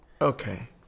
Okay